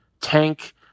tank